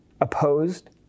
Opposed